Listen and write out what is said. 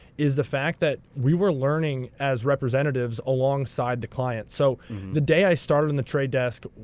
is the fact that we were learning, as representatives, alongside the client. so the day i started on the trade desk,